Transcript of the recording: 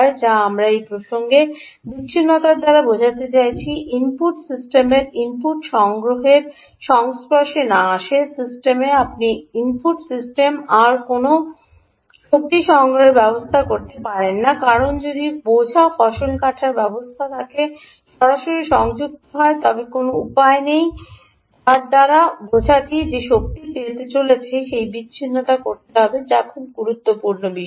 যা আমরা এই প্রসঙ্গে বিচ্ছিন্নতার দ্বারা বোঝাতে চাইছি ইনপুট সিস্টেমের ইনপুট সংগ্রহের সংস্পর্শে না আসে সিস্টেম আপনি ইনপুট সিস্টেম আর কোনও শক্তি সংগ্রহের ব্যবস্থা বলতে পারে না কারণ যদি বোঝা ফসল কাটার ব্যবস্থার সাথে সরাসরি সংযুক্ত হয়ে যায় তবে কোনও উপায় নেই যার দ্বারা বোঝাটি যে শক্তিটি পেতে চলেছে আপনাকে সেই বিচ্ছিন্নতা করতে হবে যা খুব গুরুত্বপূর্ণ বিষয়